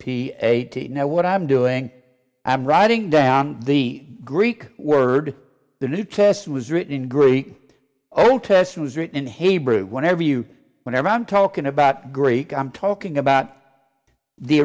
p a t know what i'm doing i'm writing down the greek word for the new test was written in greek oh test was written in hebrew whenever you whenever i'm talking about greek i'm talking about the